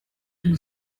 two